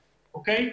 אוקי?